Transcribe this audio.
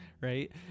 right